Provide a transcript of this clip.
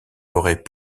aurait